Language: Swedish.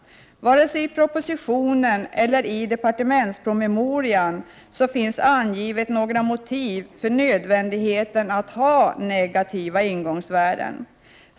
Varken i propositionen eller i departementspromemorian finns angive några motiv för nödvändigheten av att ha negativa ingångsvärden.